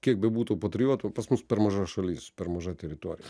kiek bebūtų patriotų pas mus per maža šalis per maža teritorija